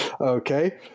Okay